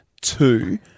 Two